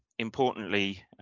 Importantly